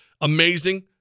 amazing